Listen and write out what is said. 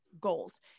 goals